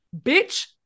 Bitch